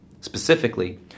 Specifically